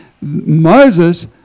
Moses